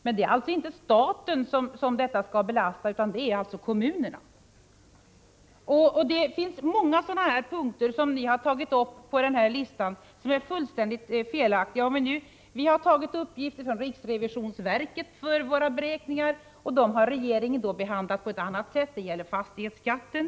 Men det är alltså inte staten som detta skall belasta, utan det är kommunerna. Det finns många sådana här punkter som ni har tagit upp på denna lista som är fullständigt felaktiga. Vi har tagit uppgifter från riksrevisionsverket för våra beräkningar, och dem har regeringen behandlat på ett annat sätt. Det gäller t.ex. fastighetsskatten.